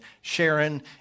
Sharon